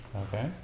Okay